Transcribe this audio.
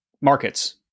markets